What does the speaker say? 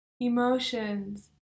Emotions